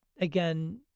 again